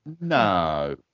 No